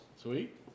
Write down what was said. Sweet